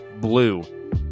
BLUE